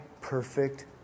perfect